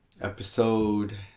episode